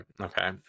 Okay